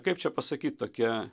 kaip čia pasakyt tokia